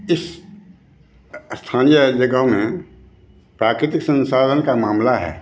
इस स्थानीय जगहाें में प्राकृतिक संसाधन का मामला है